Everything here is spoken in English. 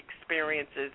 experiences